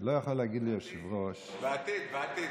לא יכול להגיד ליושב-ראש, לעתיד, גם לעתיד.